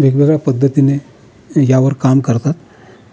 वेगवेगळ्या पद्धतीने यावर काम करतात